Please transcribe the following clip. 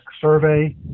survey